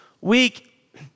week